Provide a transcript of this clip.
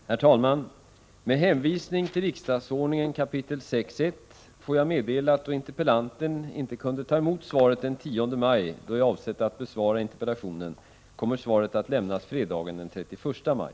Herr talman! Med hänvisning till riksdagsordningen 6 kap. 1§ får jag meddela att då interpellanten inte kunde ta emot svaret den 10 maj, då jag avsett att besvara interpellationen, kommer svaret att lämnas fredagen den 31 maj.